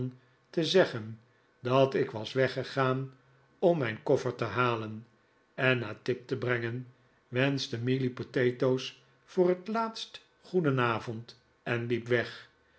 te zeggen dat ik was weggegaan om mijn koffer te halen en naar tipp te brengen wenschte mealy potatoes voor het laatst goedenavond en liep weg